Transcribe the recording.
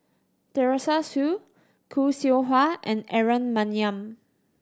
Teresa Hsu Khoo Seow Hwa and Aaron Maniam